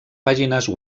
pàgines